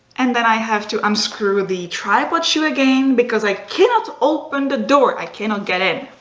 and then i have to unscrew the tripod shoe again because i cannot open the door. i cannot get in.